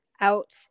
out